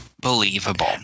believable